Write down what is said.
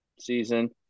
season